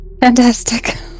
Fantastic